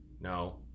no